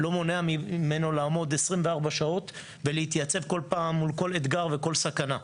לא מונעת ממנו לעמוד 24 שעות ולהתייצב כל פעם מול כל אתגר וכל סכנה.